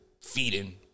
feeding